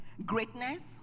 Greatness